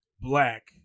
black